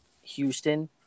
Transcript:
Houston